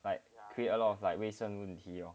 like create a lot of like 卫生问题 lor